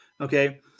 Okay